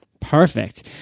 Perfect